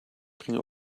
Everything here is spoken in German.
bringe